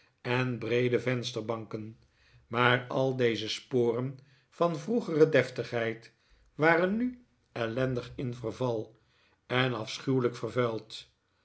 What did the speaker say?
en breede vensterbanken maar al deze sporen van vroegere deftigheid waren nu ellendig in verval en afschuwelijk vervuild